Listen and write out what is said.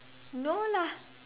no lah